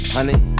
Honey